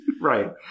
Right